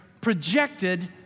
projected